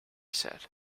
said